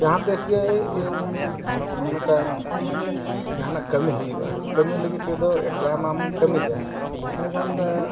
ᱡᱟᱦᱟᱸ ᱛᱤᱥ ᱜᱮ ᱤᱧ ᱢᱤᱫᱴᱟᱝ ᱡᱟᱦᱟᱱᱟᱜ ᱠᱟᱹᱢᱤ ᱦᱩᱭᱩᱜᱼᱟ ᱠᱟᱹᱢᱤ ᱞᱟᱹᱜᱤᱫ ᱛᱮᱫᱚ ᱮᱠᱞᱟᱢᱟᱢ ᱠᱟᱹᱢᱤ ᱜᱮᱭᱟ ᱢᱮᱱᱠᱷᱟᱱ ᱫᱚ